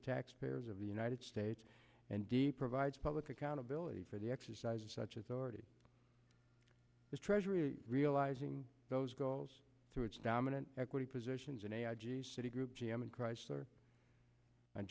taxpayers of the united states and d provides public accountability for the exercise of such authority as treasury realizing those goals through its dominant equity positions in a i g citi group g m and chrysler and